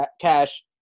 cash